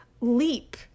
leap